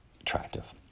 attractive